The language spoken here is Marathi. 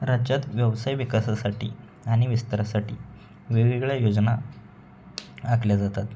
राज्यात व्यवसाय विकासासाठी आणि विस्तारासाठी वेगवेगळ्या योजना आखल्या जातात